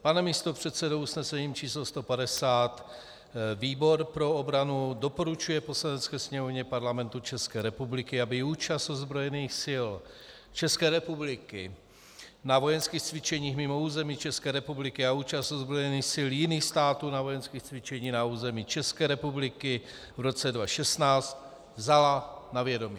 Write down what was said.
Pane místopředsedo, usnesením číslo 150 výbor pro obranu doporučuje Poslanecké sněmovně Parlamentu České republiky, aby účast ozbrojených sil České republiky na vojenských cvičeních mimo území České republiky a účast ozbrojených sil jiných států na vojenských cvičeních na území České republiky v roce 2016 vzala na vědomí.